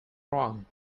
wrong